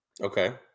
Okay